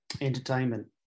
entertainment